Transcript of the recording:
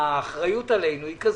האחריות עלינו היא כזאת,